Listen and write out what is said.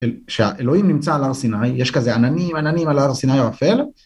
כשהאלוהים נמצא על הר סיני, יש כזה עננים עננים על הר סיני ערפל.